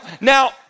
now